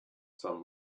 sun